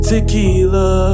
Tequila